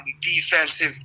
defensive